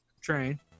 train